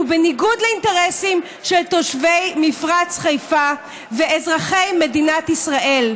שהוא בניגוד לאינטרסים של תושבי מפרץ חיפה ואזרחי מדינת ישראל,